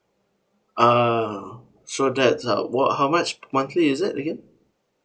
ah sure that's uh what how much monthly is it again